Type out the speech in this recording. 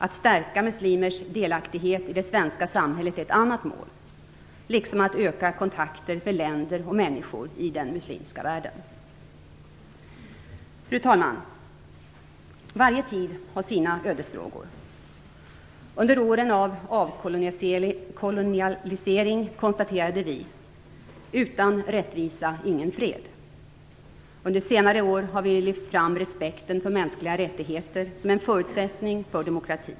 Att stärka muslimers delaktighet i det svenska samhället är ett annat mål, liksom att öka kontakter med länder och människor i den muslimska världen. Fru talman! Varje tid har sina ödesfrågor. Under åren av avkolonialisering konstaterade vi: "Utan rättvisa, ingen fred." Under senare år har vi lyft fram respekten för mänskliga rättigheter som en förutsättning för demokrati.